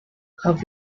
have